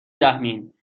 رحمین